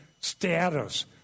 status